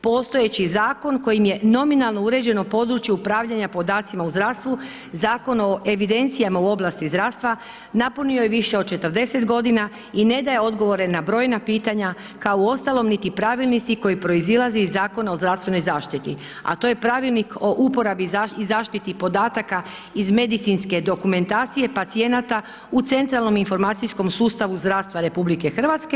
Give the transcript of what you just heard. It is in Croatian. Postojeći zakon kojim je nominalno uređeno područje upravljanja podacima u zdravstvu, Zakon o evidencijama u oblasti zdravstva napunio je više od 40 g. i ne daje odgovore na brojna pitanja kao uostalom niti pravilnik koji proizlazi iz Zakona o zdravstvenoj zaštiti a to je Pravilnik o uporabi i zaštiti podataka iz medicinske dokumentacije pacijenata u centralnom informacijskom sustavu zdravstva RJ.